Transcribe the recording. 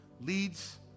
leads